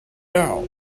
out